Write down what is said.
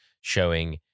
showing